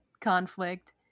conflict